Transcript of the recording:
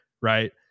right